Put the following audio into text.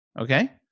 okay